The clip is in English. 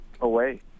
away